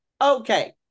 Okay